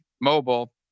mobile